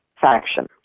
faction